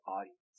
audience